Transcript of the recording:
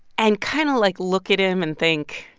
and kind of, like, look at him and think,